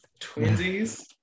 Twinsies